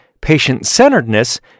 patient-centeredness